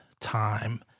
Time